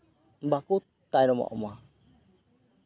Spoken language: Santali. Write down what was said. ᱵᱟᱠᱚ ᱛᱟᱭᱚᱢᱚᱜᱼᱢᱟ